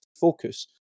focus